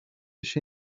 się